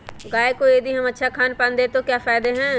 गाय को यदि हम अच्छा खानपान दें तो क्या फायदे हैं?